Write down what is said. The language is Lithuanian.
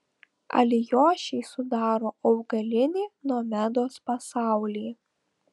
alijošiai sudaro augalinį nomedos pasaulį